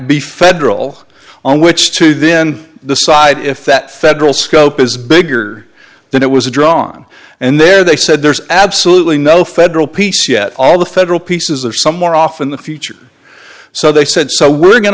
be federal on which to then decide if that federal scope is bigger than it was drawn and there they said there's absolutely no federal piece yet all the federal pieces are somewhere off in the future so they said so we're going